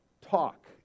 talk